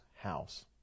house